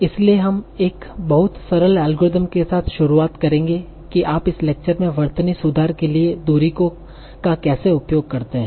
इसलिए हम एक बहुत सरल एल्गोरिदम के साथ शुरुआत करेंगे कि आप इस लेक्चर में वर्तनी सुधार के लिए दूरी का कैसे उपयोग करते हैं